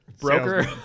broker